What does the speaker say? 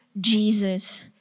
Jesus